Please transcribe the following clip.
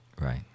Right